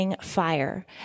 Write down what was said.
fire